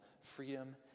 freedom